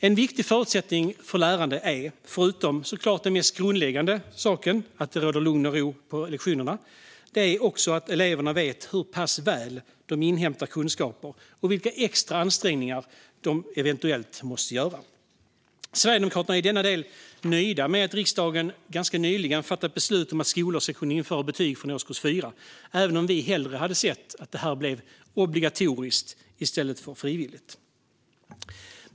En viktig förutsättning för lärande är, förutom det mest grundläggande att det råder lugn och ro på lektionerna, att eleverna vet hur pass väl de inhämtar kunskaper och vilka extra ansträngningar de eventuellt måste göra. Sverigedemokraterna är i denna del nöjda med att riksdagen ganska nyligen fattat beslut om att skolor ska kunna införa betyg från årskurs 4 - även om vi hellre sett att det blev obligatoriskt i stället för frivilligt.